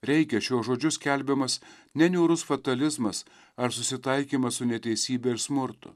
reikia šiuo žodžiu skelbiamas ne niūrus fatalizmas ar susitaikymas su neteisybe ir smurtu